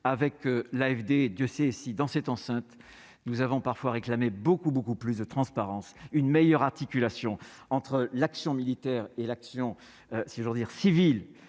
avec l'AFD, Dieu sait si, dans cette enceinte, nous avons parfois réclamait beaucoup, beaucoup plus de transparence, une meilleure articulation entre l'action militaire et l'action, si